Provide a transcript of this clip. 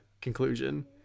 conclusion